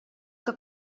que